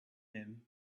him